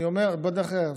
אני אומר בהיבט אחר,